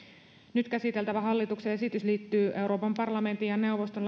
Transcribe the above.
nyt käsiteltävä hallituksen esitys liittyy euroopan parlamentin ja neuvoston